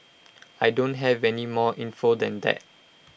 I don't have any more info than that